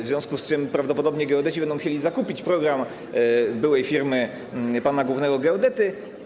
W związku z tym prawdopodobnie geodeci będą musieli zakupić program byłej firmy pana głównego geodety.